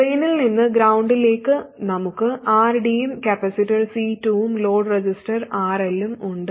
ഡ്രെയിനിൽ നിന്ന് ഗ്രൌണ്ടിലേക്ക് നമ്മൾക്ക് RD യും കപ്പാസിറ്റർ C2 ഉം ലോഡ് റെസിസ്റ്റർ RL ഉം ഉണ്ട്